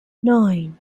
nine